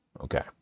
Okay